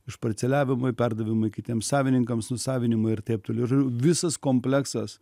išparceliavimai perdavimai kitiem savininkams nusavinimai ir taip toliau ir visas kompleksas